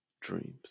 dreams